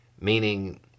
Meaning